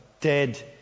dead